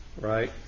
right